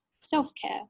self-care